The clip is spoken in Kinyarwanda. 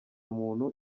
muntu